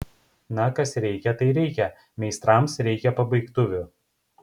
na kas reikia tai reikia meistrams reikia pabaigtuvių